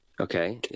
Okay